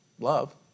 love